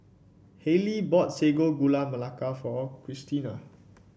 Hailie bought Sago Gula Melaka for Kristina